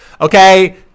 Okay